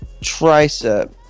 tricep